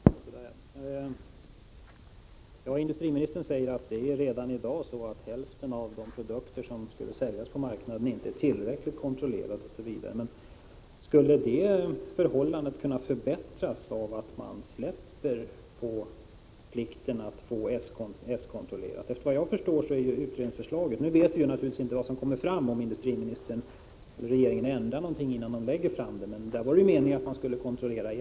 Herr talman! Industriministern säger att redan i dag hälften av de produkter som skulle säljas på marknaden inte är tillräckligt kontrollerade. Men skulle det förhållandet förbättras av att man släpper efter på plikten att S-kontrollera? Efter vad jag förstår innebär utredningens förslag att kontrollen skulle göras i efterhand. Nu vet vi naturligtvis inte om industriministern och regeringen kommer att ändra någonting innan de lägger fram sitt förslag.